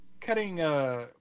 Cutting